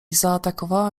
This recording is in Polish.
zaatakowała